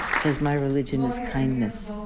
says, my religion is kindness.